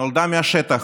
נולדה מהשטח,